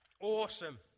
awesome